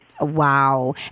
Wow